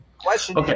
Question